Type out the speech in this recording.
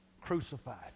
crucified